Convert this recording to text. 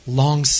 long